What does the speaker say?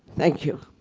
thank you.